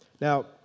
Now